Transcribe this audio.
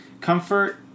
comfort